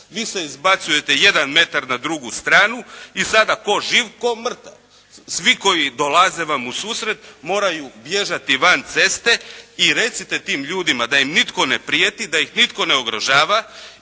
Vi se izbacujete jedan metar na drugu stranu i sada tko živ tko mrtav. Svi koji dolaze vam u susret moraju bježati van ceste i recite tim ljudima da im nitko ne prijeti, da ih nitko ne ugrožava